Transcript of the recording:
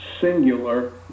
singular